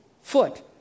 foot